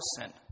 sin